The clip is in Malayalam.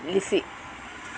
ലിസി